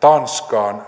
tanskaan